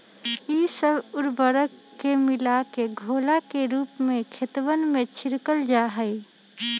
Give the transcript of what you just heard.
ई सब उर्वरक के मिलाकर घोला के रूप में खेतवन में छिड़कल जाहई